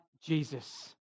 Jesus